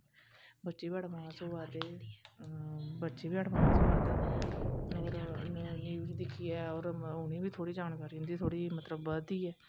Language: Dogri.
बच्चे बी अंडबास होआ दे बच्चे बी अंडवास होआ दे औऱ न्यूज दिक्खियै और उनें गी बी थोह्ड़ी जानकारी उंदी मतलब बधदी ऐ